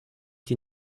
die